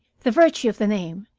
the virtue of the name,